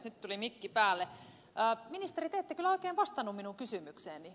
ministeri te ette kyllä oikein vastannut minun kysymykseeni